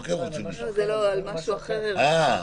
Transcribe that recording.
לא,